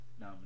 now